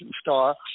star